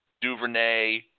DuVernay